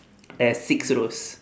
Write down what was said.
there's six rows